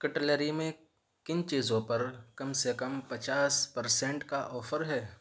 cutlery میں کن چیزوں پر کم سے کم پچاس پرسینٹ کا آفر ہے